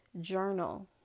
journal